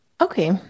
Okay